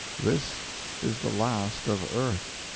this is the last of earth.